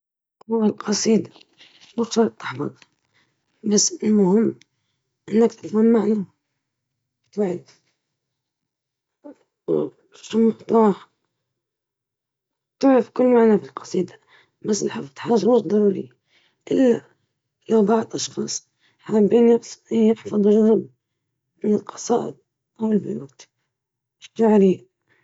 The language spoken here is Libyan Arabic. حفظ القصائد يعزز الذاكرة والفهم الأدبي، ويمكن أن يكون له تأثير إيجابي على الفهم العاطفي والجمالي، بينما في بعض الأحيان، قد يشعر الأطفال أن الحفظ بدون فهم عميق هو عديم الفائدة.